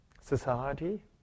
society